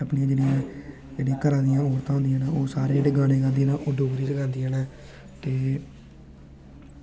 अपनियां जेह्ड़ियां घरां दियां औरतां होंदियां न ओह् सारियां डोगरी च गाने गांदियां न ते